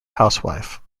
housewife